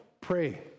Pray